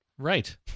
Right